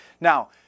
Now